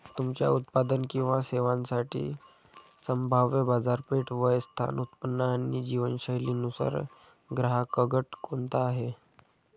तुमच्या उत्पादन किंवा सेवांसाठी संभाव्य बाजारपेठ, वय, स्थान, उत्पन्न आणि जीवनशैलीनुसार ग्राहकगट कोणता आहे?